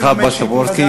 ברשות יושב-ראש הישיבה,